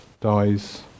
dies